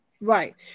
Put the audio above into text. Right